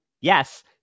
yes